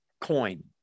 coin